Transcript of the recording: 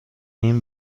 این